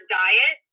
diet